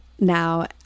now